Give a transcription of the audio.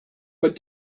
but